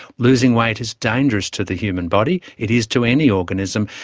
losing weight is dangerous to the human body. it is to any organism,